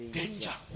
Danger